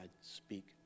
speak